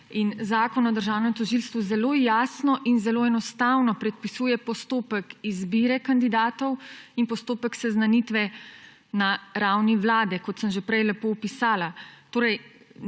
Zakon o državnem tožilstvu zelo jasno in zelo enostavno predpisuje postopek izbire kandidatov in postopek seznanitve na ravni vlade, kot sem že prej lepo opisala.